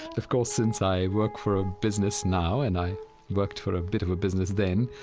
of course, since i work for a business now and i worked for a bit of a business then,